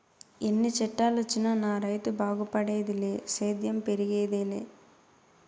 ఎన్ని చట్టాలొచ్చినా నా రైతు బాగుపడేదిలే సేద్యం పెరిగేదెలా